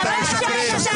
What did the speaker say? אתה משקר.